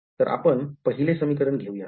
तर आपण पहिले समीकरण घेऊयात